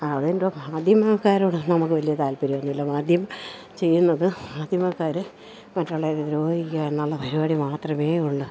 മാധ്യമക്കാരെക്കൊണ്ട് നമുക്ക് വലിയ താല്പര്യമൊന്നുമില്ല മാധ്യമം ചെയ്യുന്നത് മാധ്യമക്കാർ മറ്റുള്ളരെ ഉപദ്രവിക്കുക എന്നുള്ള പരിപാടി മാത്രമേ ഉള്ളൂ